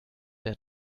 der